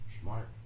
Smart